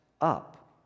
up